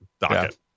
docket